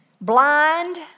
blind